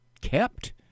kept